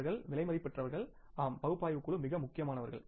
அவர்கள் விலை மதிப்பற்றவர்கள் ஆம் பகுப்பாய்வுக் குழு மிக முக்கியமானவர்கள்